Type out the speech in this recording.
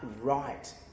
right